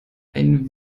ein